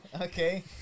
Okay